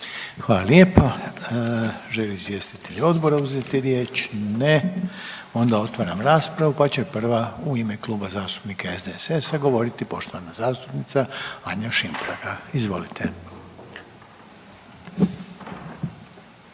Hvala lijepo. Žele li izvjestitelji odbora uzeti riječ? Ne. Onda otvaram raspravu, pa će prva u ime Kluba zastupnika SDSS-a govoriti poštovana zastupnica Anja Šimpraga. Izvolite.